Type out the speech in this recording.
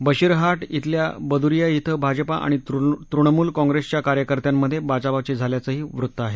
बशीरहाट अल्या बदुरीया अं भाजपा आणि तृणमूल काँग्रेसच्या कार्यकर्त्यामधे बाचाबाची झाल्याचंही वृत्त आहे